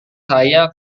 saya